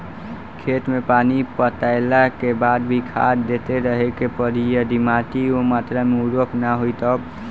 खेत मे पानी पटैला के बाद भी खाद देते रहे के पड़ी यदि माटी ओ मात्रा मे उर्वरक ना होई तब?